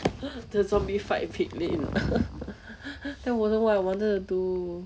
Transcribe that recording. the zombie fight pigling that wasn't what I wanted to do